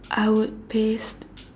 I would paste